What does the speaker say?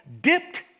dipped